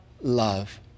love